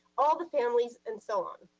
all the families and so on.